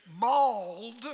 mauled